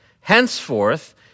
Henceforth